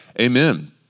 Amen